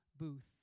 Booth